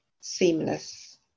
seamless